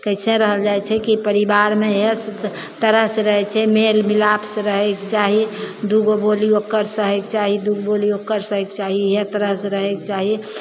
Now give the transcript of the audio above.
कैसे रहल जाइत छै कि परिबारमे एक तरहसँ रहैत छै मेलमिलाप से रहैके चाही दूगो बोली ओकर सहैके दूगो बोली ओकर सहैके चाही इहए तरहसे रहैके चाही